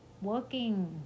working